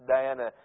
Diana